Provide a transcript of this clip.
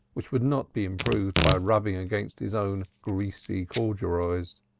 which would not be improved by rubbing against his own greasy corduroys.